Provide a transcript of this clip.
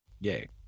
yay